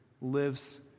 lives